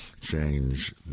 change